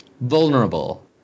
Vulnerable